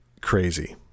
crazy